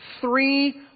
three